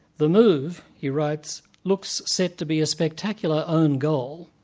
the move, he writes, looks set to be a spectacular own goal.